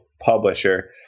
publisher